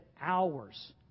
hours